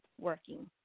working